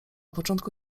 początku